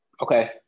okay